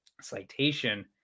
citation